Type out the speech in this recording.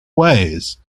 ways